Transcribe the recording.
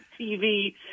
TV